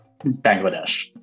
Bangladesh